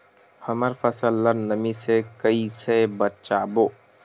हमर फसल ल नमी से क ई से बचाबो?